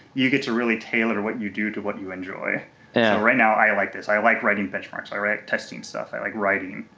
you get to really tailor what you do to what you enjoy. so and right now, i like this. i like writing benchmarks, i write testing stuff, i like writing.